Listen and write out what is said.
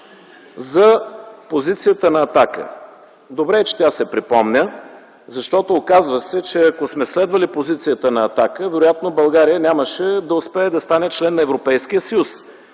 за позицията на „Атака”. Добре е, че тя се припомня, защото оказва се, че ако сме следвали позицията на „Атака”, вероятно България нямаше да успее да стане член на Европейския съюз.